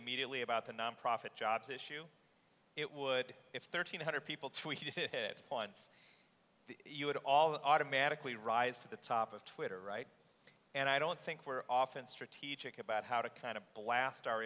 immediately about the nonprofit jobs issue it would if thirteen hundred people tweet it finds the you would all automatically rise to the top of twitter right and i don't think we're often strategic about how to kind of blast our